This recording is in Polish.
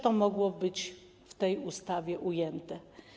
To mogło być w tej ustawie ujęte.